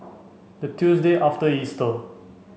the Tuesday after Easter